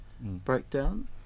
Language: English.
breakdown